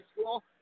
School